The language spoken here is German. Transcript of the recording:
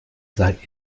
seid